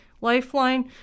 lifeline